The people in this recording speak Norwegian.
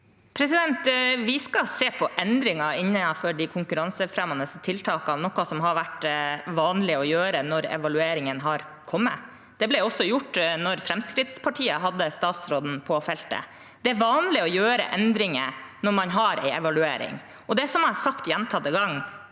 Vi skal se på end- ringer innenfor de konkurransefremmende tiltakene. Det er noe som har vært vanlig å gjøre når evalueringen har kommet. Det ble også gjort da Fremskrittspartiet hadde statsråden på feltet. Det er vanlig å gjøre endringer når man har en evaluering. Det er, som jeg har sagt gjentatte ganger,